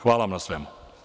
Hvala vam na svemu.